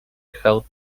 held